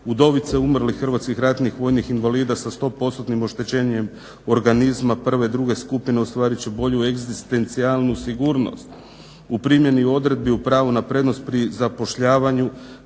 udovice umrlih hrvatskih ratnih vojnih invalida sa 100%-nim oštećenjem organizma prve i druge skupine ostvarit će bolju egzistencijalnu sigurnost. O primjeni odredbi u pravu na prednost pri zapošljavanju